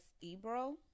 Ebro